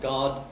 God